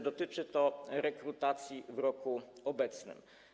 Dotyczy to rekrutacji w roku obecnym.